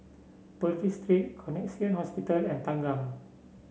Purvis Street Connexion Hospital and Thanggam